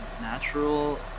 natural